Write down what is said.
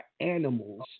animal's